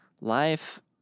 life